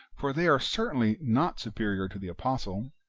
for they are certainly not superior to the apostle.